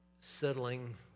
settling